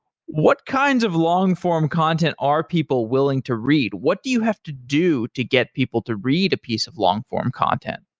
what kinds of long-form content are people willing to read? what do you have to do to get people to read a piece of long-form content?